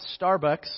Starbucks